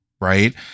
right